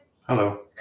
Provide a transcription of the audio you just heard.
Hello